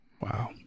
wow